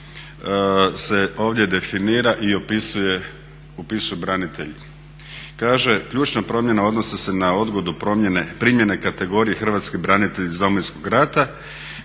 se ovdje definira i opisuje branitelj. Kaže, ključne promjene odnose se na odgodu primjene kategorije hrvatski branitelj iz Domovinskog rata